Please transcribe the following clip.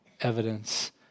evidence